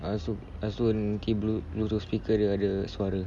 lepas tu lepas tu nanti bluetooth speaker dia ada suara